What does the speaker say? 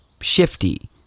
shifty